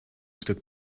stuk